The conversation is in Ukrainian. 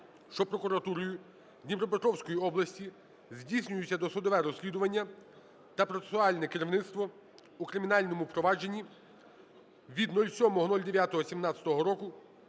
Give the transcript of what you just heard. що прокуратурою Дніпропетровської області здійснюється досудове розслідування та процесуальне керівництво у кримінальному провадженні від 07.09.2017 року